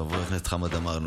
חבר הכנסת חמד עמאר,